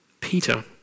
Peter